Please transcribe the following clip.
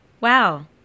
wow